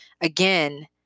again